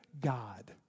God